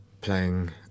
playing